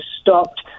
stopped